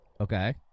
Okay